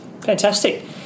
Fantastic